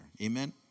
Amen